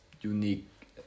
unique